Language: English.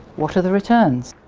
what are the returns?